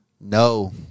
No